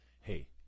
Hey